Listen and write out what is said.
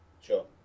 Sure